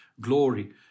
glory